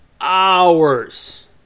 hours